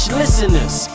listeners